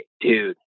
Dude